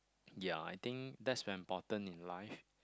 ya I think that's very important in life